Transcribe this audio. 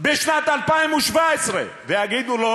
בשנת 2017 ויגידו לי: